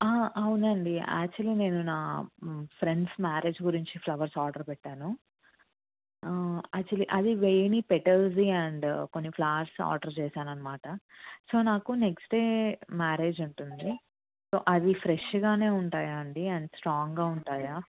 అవునండీ యాక్చువల్లీ నేను నా ఫ్రెండ్స్ మ్యారేజ్ గురించి ఫ్లవర్స్ ఆర్డర్ పెట్టాను యాక్చువల్లీ అది వేణి పెటల్స్ది అండ్ కొన్ని ఫ్లవర్స్ ఆర్డర్ చేశానన్నమాట సో నాకు నెక్స్ట్ డే మ్యారేజ్ ఉంటుంది సో అది ఫ్రెష్గానే ఉంటాయా అండి అండ్ స్ట్రాంగ్గా ఉంటాయా